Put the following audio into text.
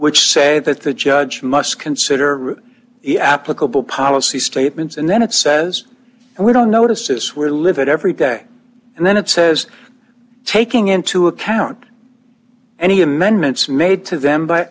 which say that the judge must consider the applicable policy statements and then it says and we don't notice this where live it every day and then it says taking into account any amendments made to them by